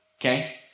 okay